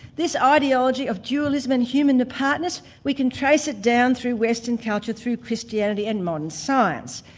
this ideology of dualism and human apartness we can trace it down through western culture, through christianity and modern science.